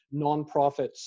nonprofits